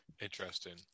Interesting